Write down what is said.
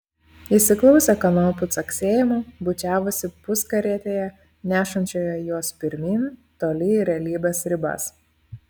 įsiklausę kanopų caksėjimo bučiavosi puskarietėje nešančioje juos pirmyn toli į realybės ribas